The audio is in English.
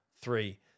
three